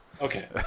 Okay